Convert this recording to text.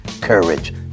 courage